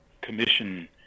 commission